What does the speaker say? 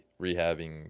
rehabbing